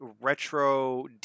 retro